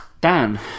Dan